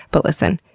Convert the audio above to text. but listen,